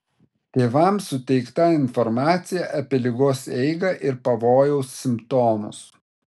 tėvams suteikta informacija apie ligos eigą ir pavojaus simptomus